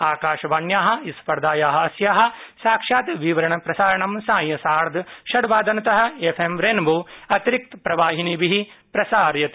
आकाशवाण्या स्पर्धाया अस्या साक्षात् विवरण प्रसारणं साय सार्थ षट् बादनत एफ एम रेनबोअतिरिक्त प्रवाहिनीभि प्रसार्यते